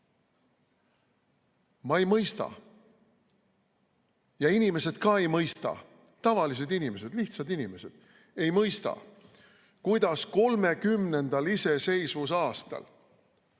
Ma ei mõista. Ja inimesed ka ei mõista. Tavalised inimesed, lihtsad inimesed ei mõista, kuidas 30. iseseisvusaastal